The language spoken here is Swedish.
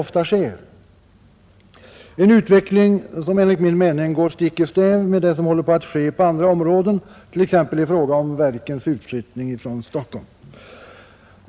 Det är en utveckling som går stick i stäv mot det som håller på att ske på andra områden, t.ex. i fråga om verkens utflyttning från Stockholm.